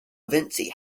vinci